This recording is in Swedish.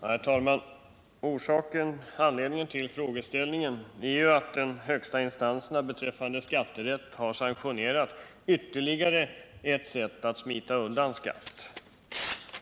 Herr talman! Anledningen till min fråga är att de högsta instanserna beträffande skatterätt har sanktionerat ytterligare ett sätt att smita undan skatt.